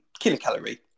kilocalorie